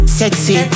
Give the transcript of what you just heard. sexy